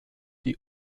die